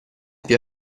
più